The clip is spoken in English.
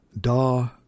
Da